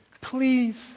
Please